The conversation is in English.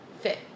fit